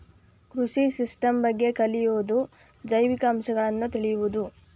ಕೃಷಿ ಸಿಸ್ಟಮ್ ಬಗ್ಗೆ ಕಲಿಯುದು ಜೈವಿಕ ಅಂಶಗಳನ್ನ ತಿಳಿಯುದು